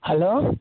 hello